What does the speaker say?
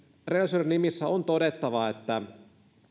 rehellisyyden nimissä on todettava että